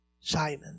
Simon